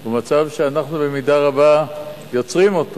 אנחנו במידה רבה יוצרים,